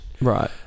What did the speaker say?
Right